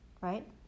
right